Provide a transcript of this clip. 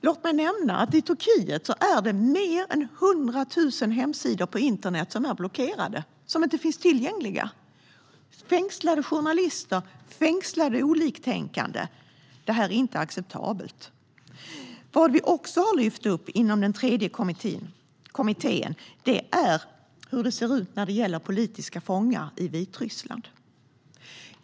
Låt mig nämna att i Turkiet är fler än 100 000 hemsidor på internet blockerade och inte tillgängliga, och där finns fängslade journalister och oliktänkande. Detta är inte acceptabelt. Något som vi också har lyft upp i den tredje kommittén är hur det ser ut när det gäller politiska fångar i Vitryssland.